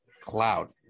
cloud